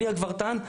אני הגברתן,